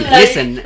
listen